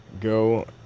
go